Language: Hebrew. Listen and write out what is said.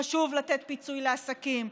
חשוב לתת פיצוי לעסקים,